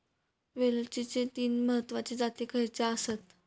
वेलचीचे तीन महत्वाचे जाती खयचे आसत?